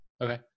okay